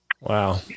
Wow